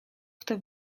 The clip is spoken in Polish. kto